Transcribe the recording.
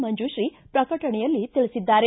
ಮಂಜುಶ್ರೀ ಪ್ರಕಟಣೆಯಲ್ಲಿ ತಿಳಿಸಿದ್ದಾರೆ